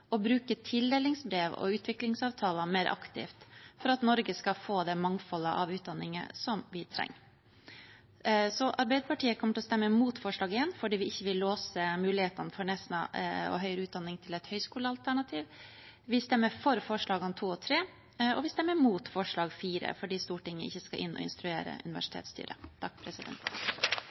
og bruke tildelingsbrev og utviklingsavtaler mer aktivt for at Norge skal få det mangfoldet av utdanninger som vi trenger. Arbeiderpartiet kommer til å stemme imot forslag nr. 1 fordi vi ikke vil låse mulighetene for Nesna og høyere utdanning til ett høyskolealternativ. Vi stemmer for forslagene nr. 2 og 3, og vi stemmer imot forslag nr. 4 fordi Stortinget ikke skal inn og instruere universitetsstyret.